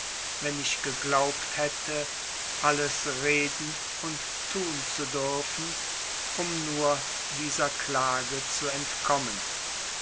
wenn ich geglaubt hätte alles reden und tun zu dürfen um nur dieser klage zu entkommen